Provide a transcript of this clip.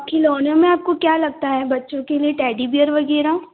खिलौना में आपको क्या लगता है बच्चों लिए टेडी बियर वगैरह